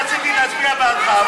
רציתי להצביע בעדך,